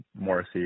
Morrissey